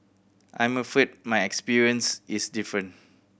I'm afraid my experience is different